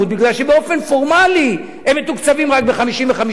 משום שבאופן פורמלי הם מתוקצבים רק ב-55%.